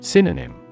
Synonym